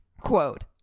Quote